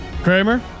Kramer